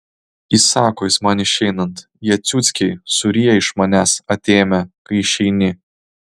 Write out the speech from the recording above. įsako jis man išeinant jie ciuckiai suryja iš manęs atėmę kai išeini